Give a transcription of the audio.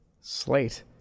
Slate